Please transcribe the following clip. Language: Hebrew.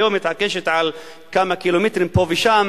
אם ישראל היום מתעקשת על כמה קילומטרים פה ושם,